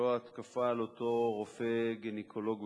לא ההתקפה על אותו רופא גינקולוג בבענה,